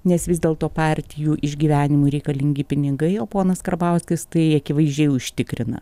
nes vis dėlto partijų išgyvenimui reikalingi pinigai o ponas karbauskis tai akivaizdžiai užtikrina